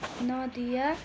Nadia